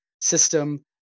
system